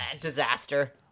Disaster